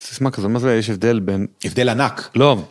מה זה יש הבדל בין הבדל ענק, לא.